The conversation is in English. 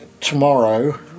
tomorrow